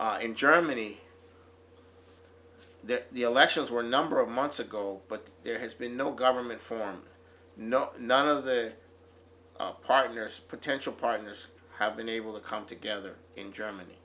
britain in germany the elections were a number of months ago but there has been no government for no none of the partners potential partners have been able to come together in germany